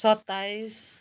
सत्ताइस